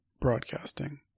broadcasting